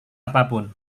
apapun